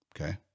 Okay